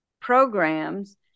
programs